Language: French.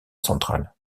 centrale